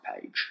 page